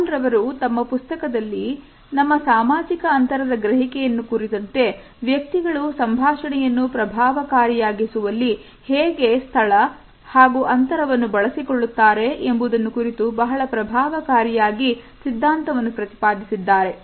Hall ಅವರು ತಮ್ಮ ಪುಸ್ತಕದಲ್ಲಿ ನಮ್ಮ ಸಾಮಾಜಿಕ ಅಂತರದ ಗ್ರಹಿಕೆಯನ್ನು ಕುರಿತಂತೆ ವ್ಯಕ್ತಿಗಳು ಸಂಭಾಷಣೆಯನ್ನು ಪ್ರಭಾವಕಾರಿಯಾಗಿಸುವಲ್ಲಿ ಹೇಗೆ ಸ್ಥಳ ಹಾಗೂ ಅಂತರವನ್ನು ಬಳಸಿಕೊಳ್ಳುತ್ತಾರೆ ಎಂಬುದನ್ನು ಕುರಿತು ಬಹಳ ಪ್ರಭಾವಕಾರಿಯಾಗಿ ಸಿದ್ಧಾಂತವನ್ನು ಪ್ರತಿಪಾದಿಸಿದ್ದಾರೆ